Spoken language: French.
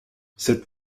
cette